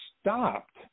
stopped